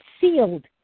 sealed